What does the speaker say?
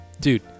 dude